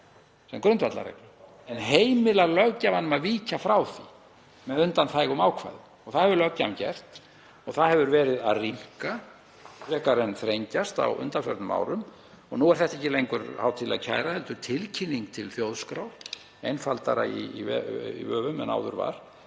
sem grundvallarreglu en heimilar löggjafanum að víkja frá því með undanþægum ákvæðum. Það hefur löggjafinn gert og það hefur verið að rýmka frekar en þrengjast á undanförnum árum. Nú er þetta ekki lengur (Forseti hringir.) hátíðleg kæra heldur tilkynning til Þjóðskrár, einfaldara í vöfum en áður var.